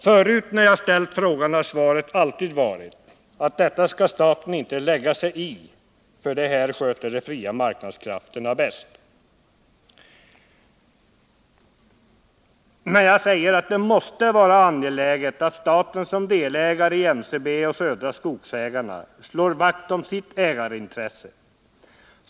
När jag förut ställde frågan har svaret alltid varit att detta skall staten inte lägga 183 sig i för det här sköter de fria marknadskrafterna bäst. Det måste vara angeläget för staten som delägare att NCB och Södra Skogsägarna slår vakt om sitt ägarintresse.